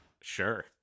Sure